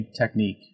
technique